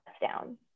down